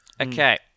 Okay